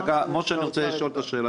משה, אני רוצה לשאול שאלה.